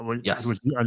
yes